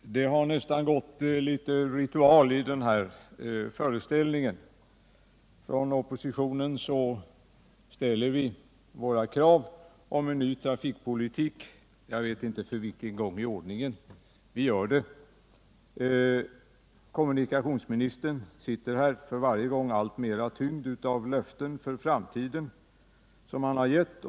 Herr talman! Det har nästan gått litet ritual i den här föreställningen. Från oppositionen ställer vi våra krav på en ny trafikpolitik, jag vet inte för vilken gång i ordningen. Och kommunikationsministern sitter här, för varje gång alltmer tyngd av löften för framtiden som han gett.